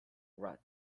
rot